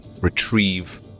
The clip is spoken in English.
retrieve